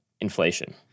inflation